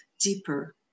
deeper